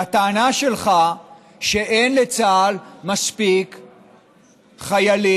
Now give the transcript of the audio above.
הטענה שלך שאין לצה"ל מספיק חיילים,